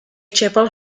chapel